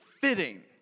fitting